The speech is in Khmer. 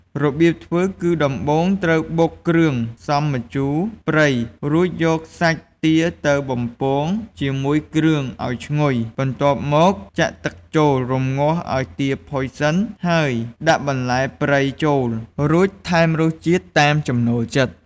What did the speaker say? របៀបធ្វើគឺដំបូងត្រូវបុកគ្រឿងផ្សំម្ជូរព្រៃ រួចយកសាច់ទាទៅបំពងជាមួយគ្រឿងឱ្យឈ្ងុយ បន្ទាប់មកចាក់ទឹកចូល រម្ងាស់ឱ្យទាផុយសិន ហើយដាក់បន្លែព្រៃចូល រួចថែមរសជាតិតាមចំណូលចិត្ត។